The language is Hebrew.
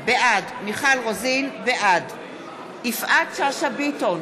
בעד יפעת שאשא ביטון,